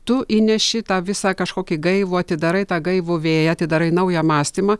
tu įneši tą visą kažkokį gaivų atidarai tą gaivų vėją atidarai naują mąstymą